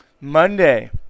Monday